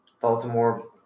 Baltimore –